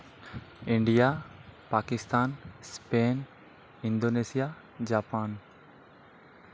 India Pakistan Spain Indonesia Japan